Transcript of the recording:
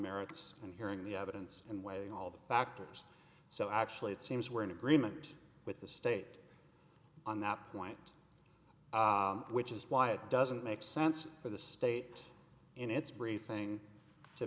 merits and hearing the evidence and weighing all the factors so actually it seems we're in agreement with the state on that point which is why it doesn't make sense for the state in its brief thing